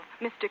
Mr